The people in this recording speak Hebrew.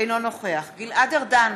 אינו נוכח גלעד ארדן,